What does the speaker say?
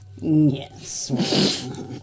Yes